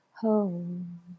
home